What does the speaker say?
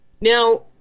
Now